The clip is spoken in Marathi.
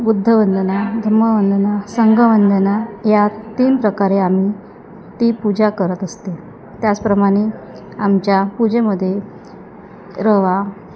बुद्धवंदना धम्मवंदना संघवंदना या तीन प्रकारे आम्ही ती पूजा करत असते त्याचप्रमाणे आमच्या पूजेमध्ये रवा